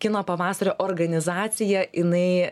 kino pavasario organizacija inai